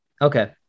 Okay